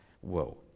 Whoa